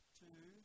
two